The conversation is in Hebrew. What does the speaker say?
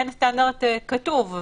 אין סטנדרט כתוב,